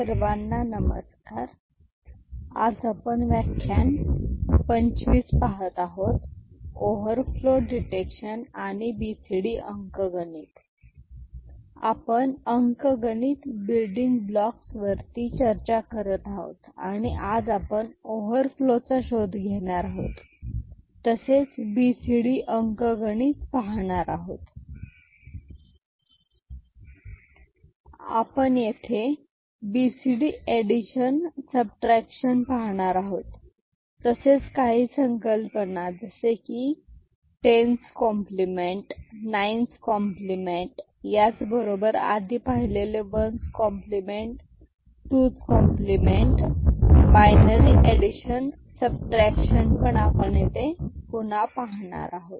सर्वांना नमस्कार आपण अंकगणित बिल्डींग ब्लॉकस वरती चर्चा करत आहोत आणि आज आपण ओव्हरफ्लो चा शोध घेणार आहोत तसेच BCD अंकगणित पाहणार आहोत आपण येथे बीसीडी एडिशन सबट्रॅक्शन पाहणार आहोत तसेच काही संकल्पना जसे की 10s complement 10s compliment 9s complement 9s compliment याचबरोबर आधी पाहिलेले 1s complement 1s compliment 2s complement 2s compliment पण आपण येथे पुन्हा पाहणार आहोत